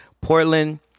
Portland